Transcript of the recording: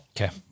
Okay